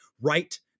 right